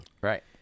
Right